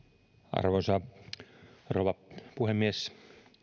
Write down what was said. arvoisa rouva puhemies